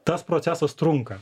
tas procesas trunka